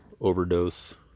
overdose